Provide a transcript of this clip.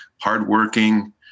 hardworking